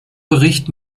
bericht